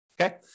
okay